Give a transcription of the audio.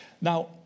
Now